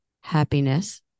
happiness